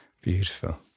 Beautiful